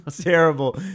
Terrible